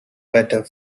better